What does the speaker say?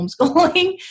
homeschooling